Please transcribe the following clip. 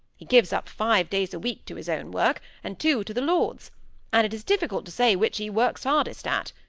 he gives up five days a week to his own work, and two to the lord's and it is difficult to say which he works hardest at.